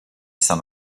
saint